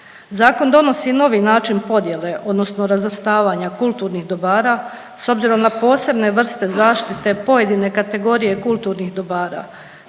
Zakon donosi novi način podjele, odnosno razvrstavanja kulturnih dobara, s obzirom na posebne vrste zaštite pojedine kategorije kulturnih dobara